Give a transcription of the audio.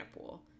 pool